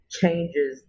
changes